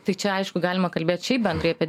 tai čia aišku galima kalbėt šiaip bendrai apie